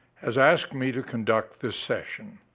has asked me to conduct this session.